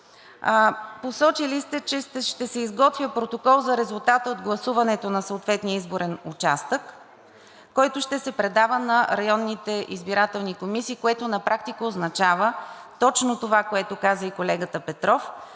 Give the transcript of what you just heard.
Посочили сте, че ще се изготвя протокол за резултата от гласуването на съответния изборен участък, който ще се предава на районните избирателни комисии, което на практика означава точно това, което каза и колегата Петров,